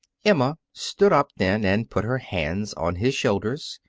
emma stood up then and put her hands on his shoulders.